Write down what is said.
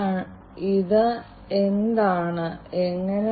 നിലവാരമില്ലായ്മയുണ്ട്